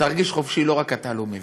תרגיש חופשי, לא רק אתה לא מבין.